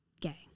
gay